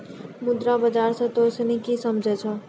मुद्रा बाजार से तोंय सनि की समझै छौं?